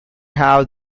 have